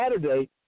Saturday